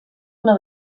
una